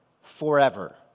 forever